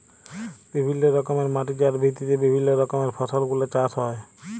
বিভিল্য রকমের মাটি যার ভিত্তিতে বিভিল্য রকমের ফসল গুলা চাষ হ্যয়ে